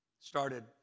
started